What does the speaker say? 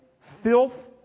filth